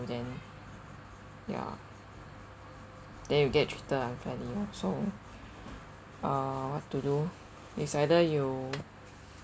then ya then you get treated unfairly lah so uh what to do it's either you